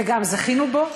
וגם זכינו בו.